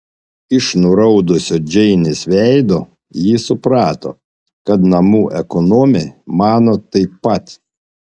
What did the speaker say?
iš nuraudusio džeinės veido ji suprato kad namų ekonomė mano taip pat